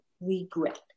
regret